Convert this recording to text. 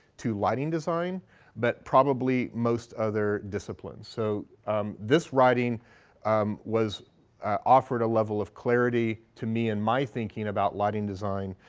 to lighting design but probably most other disciplines. so this writing was offered a level of clarity to me and my thinking about lighting design